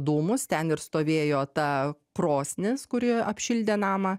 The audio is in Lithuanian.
dūmus ten ir stovėjo ta krosnis kuri apšildė namą